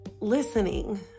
listening